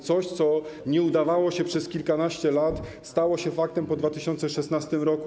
Coś, co nie udawało się przez kilkanaście lat, stało się faktem po 2016 r.